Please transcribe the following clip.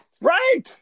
right